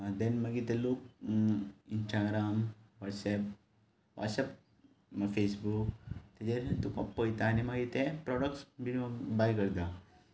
देन मागीर ते लोक votes app WhatsApp Facebook ताजेर तुका पळयता आनी मागीर ते प्रोडक्ट्स बीन बाय करता